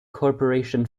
corporation